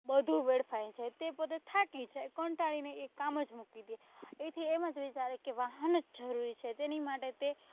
બધુ વેડફાય છે તે પોતે થાકી જાય કંટાળીને એ કામ જ મૂકી દે એથી એમ જ વિચારે કે વાહન જ જરૂરી છે તેની માટે તે